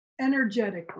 energetically